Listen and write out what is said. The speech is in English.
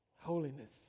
Holiness